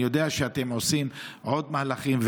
אני יודע שאתם עושים עוד ועוד מהלכים,